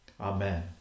Amen